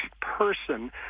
person